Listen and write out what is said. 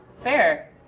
fair